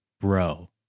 Bro